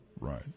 Right